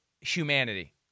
humanity